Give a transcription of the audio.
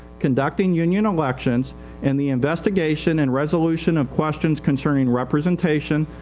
conducting union elections and the investigation and resolution of questions concerning representation,